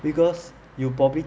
because you probably